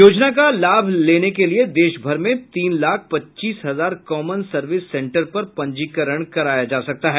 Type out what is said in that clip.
योजना का लाभ लेने के लिए देश भर में तीन लाख पच्चीस हजार कॉमन सर्विस सेंटर पर पंजीकरण कराया जा सकता है